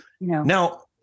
Now